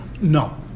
No